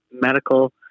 medical